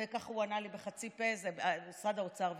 וכך הוא ענה לי בחצי פה: זה משרד האוצר וכו'.